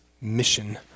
mission